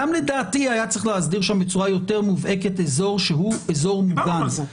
גם לדעתי היה צריך להסדיר שם בצורה יותר מובהקת אזור שהוא אזור מוגן.